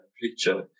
picture